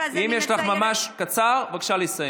אם יש לך, ממש קצר, בבקשה לסיים.